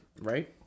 right